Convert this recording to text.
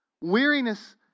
Weariness